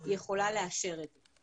יכולה לאשר את זה.